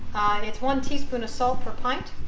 it's one teaspoon of salt for pint